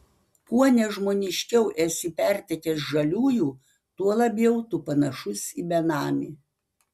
kuo nežmoniškiau esi pertekęs žaliųjų tuo labiau tu panašus į benamį